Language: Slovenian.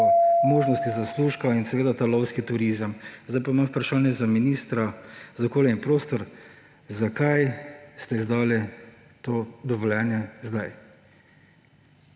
možnosti zaslužka in seveda ta lovski turizem. Sedaj pa imam vprašanje za ministra za okolje in prostor: Zakaj ste izdali to dovoljenje sedaj?